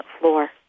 floor